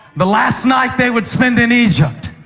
the last night they would spend in egypt,